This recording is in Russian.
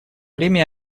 время